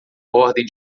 ordem